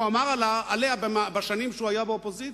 אמר עליה בשנים שהוא היה באופוזיציה,